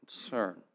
concern